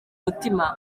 mutima